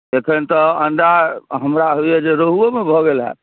एखन तऽ अण्डा हमरा होइए जे रहुओमे भऽ गेल हैत